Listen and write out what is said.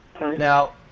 Now